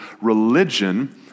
religion